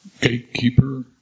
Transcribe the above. gatekeeper